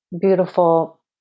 beautiful